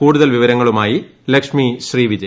കൂടുതൽ വിവരങ്ങളുമായി ലക്ഷ്മി ശ്രീ വിജയ